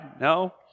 No